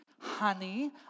Honey